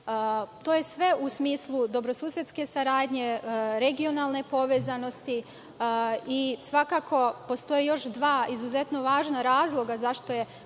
To je sve u smislu dobrosusedske saradnje, regionalne povezanosti i svakako, postoje još dva izuzetno važna razloga zašto je